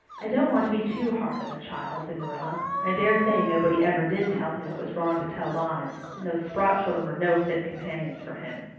i don't want to be too hard on the child, said marilla. i daresay nobody ever did tell him it was wrong to tell lies, and those sprott children were no fit companions for him.